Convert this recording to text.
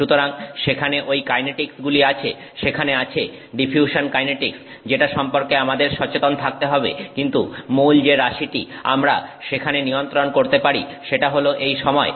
সুতরাং সেখানে ঐ কাইনেটিক্স গুলি আছে সেখানে আছে ডিফিউশন কাইনেটিক্স যেটা সম্পর্কে আমাদের সচেতন থাকতে হবে কিন্তু মূল যে রাশিটি আমরা সেখানে নিয়ন্ত্রণ করতে পারি সেটা হলো এই সময়